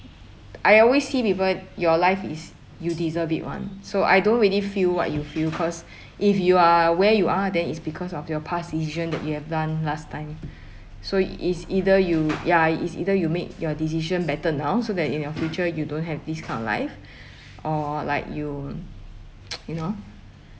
I always see people your life is you deserve it [one] so I don't really feel what you feel cause if you are where you are then it's because of your past decision that you have done last time so i~ is either you ya is either you make your decision better now so that in your future you don't have this kind of life or like you you know